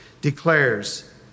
declares